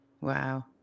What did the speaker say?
Wow